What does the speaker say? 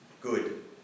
good